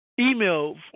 email